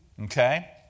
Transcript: Okay